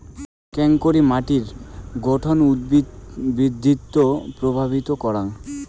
কেঙকরি মাটির গঠন উদ্ভিদ বৃদ্ধিত প্রভাবিত করাং?